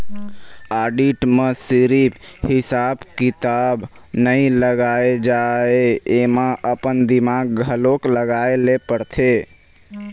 audit म सिरिफ हिसाब किताब नइ लगाए जाए एमा अपन दिमाक घलोक लगाए ल परथे